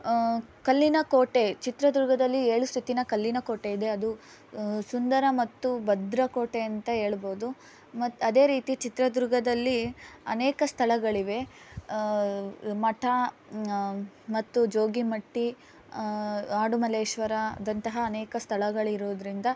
ಕಲ್ಲಿನ ಕೋಟೆ ಚಿತ್ರದುರ್ಗದಲ್ಲಿ ಏಳು ಸುತ್ತಿನ ಕಲ್ಲಿನ ಕೋಟೆ ಇದೆ ಅದು ಸುಂದರ ಮತ್ತು ಭದ್ರಕೋಟೆ ಅಂತ ಹೇಳ್ಬೋದು ಮತ್ತು ಅದೇ ರೀತಿ ಚಿತ್ರದುರ್ಗದಲ್ಲಿ ಅನೇಕ ಸ್ಥಳಗಳಿವೆ ಮಠ ಮತ್ತು ಜೋಗಿಮಟ್ಟಿ ಆಡುಮಲೇಶ್ವರದಂತಹ ಅನೇಕ ಸ್ಥಳಗಳಿರೋದರಿಂದ